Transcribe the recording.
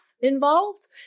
involved